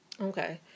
Okay